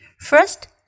First